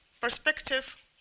perspective